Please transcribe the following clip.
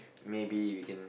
maybe we can